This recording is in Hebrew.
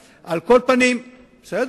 בסדר,